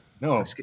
no